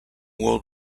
world